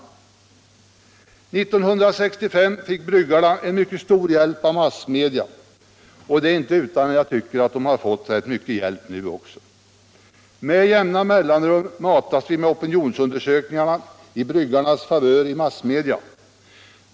1965 fick bryggarna en mycket stor hjälp av massmedia, och det är inte utan att jag tycker att de har fått rätt mycket hjälp nu också. Med jämna mellanrum matas vi med opinionsundersökningarna i bryggarnas favör i massmedia.